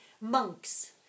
monks